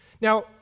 Now